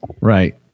Right